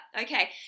okay